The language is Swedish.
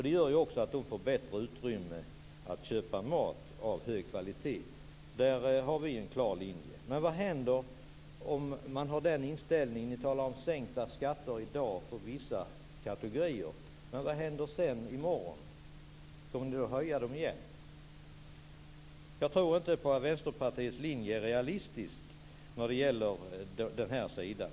Det gör ju att de får ett bättre utrymme för att köpa mat av hög kvalitet. Där har vi en klar linje. Ni talar om sänkta skatter i dag för vissa kategorier. Men vad händer i morgon? Kommer ni då att höja dem igen? Jag tror inte att Vänsterpartiets linje är realistisk i det avseendet.